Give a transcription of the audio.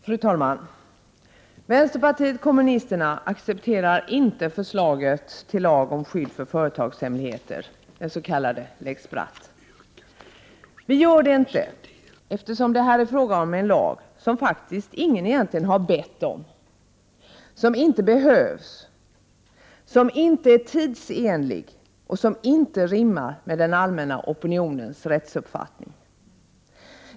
Fru talman! Vänsterpartiet kommunisterna accepterar inte förslaget till lag om skydd för företagshemligheter, den s.k. lex Bratt. Vi gör det inte, eftersom det är fråga om en lag som ingen har bett om, som inte behövs, som inte är tidsenlig och som inte rimmar med den allmänna opinionens rättsuppfattning.